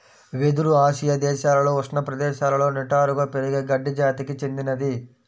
వెదురు ఆసియా దేశాలలో ఉష్ణ ప్రదేశాలలో నిటారుగా పెరిగే గడ్డి జాతికి చెందినది